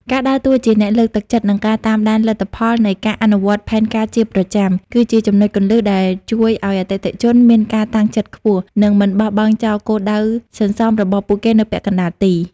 ការដើរតួជាអ្នកលើកទឹកចិត្ត និងការតាមដានលទ្ធផលនៃការអនុវត្តផែនការជាប្រចាំ គឺជាចំណុចគន្លឹះដែលជួយឱ្យអតិថិជនមានការតាំងចិត្តខ្ពស់ និងមិនបោះបង់ចោលគោលដៅសន្សំរបស់ពួកគេនៅពាក់កណ្ដាលទី។